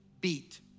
beat